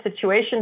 situation